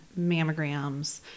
mammograms